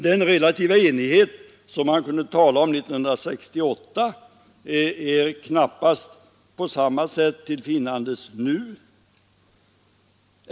Den relativa enighet som man kunde tala om 1968 är knappast på samma sätt till finnandes nu.